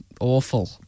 Awful